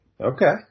Okay